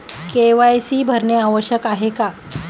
KYC भरणे आवश्यक आहे का?